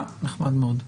נחמד מאוד.